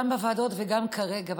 גם בוועדות וגם כרגע,